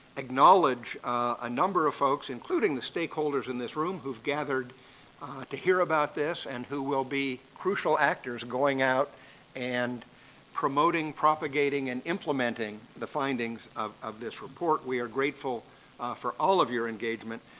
acknowledge a number of folks, including the stakeholders in this room, who have gathered to hear about this and who will be crucial actors going out and promoting, propagating, and implementing the findings of of this report. we are grateful for all of your engagement,